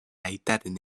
aitaren